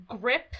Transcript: grip